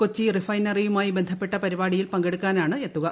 കൊച്ചി റിഫൈനറിയുമായി ബന്ധപ്പെട്ട് പരിപാടിയിൽ പങ്കെടുക്കാനാണ് എത്തുക